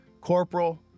corporal